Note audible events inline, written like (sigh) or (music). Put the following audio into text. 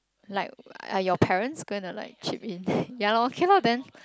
like are your parents going to like chip in (breath) ya lor cannot then